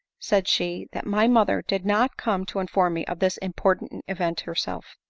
said she, that my mother did not come to inform me of this important event herself!